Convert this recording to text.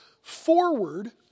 forward